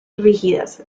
rígidas